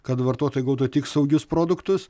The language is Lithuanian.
kad vartotojai gautų tik saugius produktus